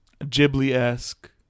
Ghibli-esque